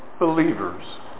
believers